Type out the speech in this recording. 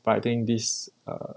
but I think this err